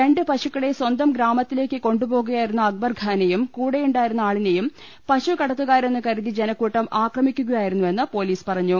രണ്ടുപശുക്കളെ സ്വന്തം ഗ്രാമത്തിലേക്ക് കൊണ്ടുപോകുകയാ യിരുന്ന അക്ബർഖാനെയും കൂടെയുണ്ടായിരുന്ന ആളിനെയും പശുകട ത്തുകാരെന്നുകരുതി ജനക്കൂട്ടം ആക്രമിക്കുകയായിരുന്നുവെന്ന് പൊലീസ് പറഞ്ഞു